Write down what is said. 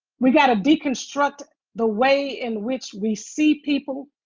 we've got to deconstruct the way in which we see people